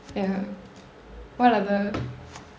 ya what other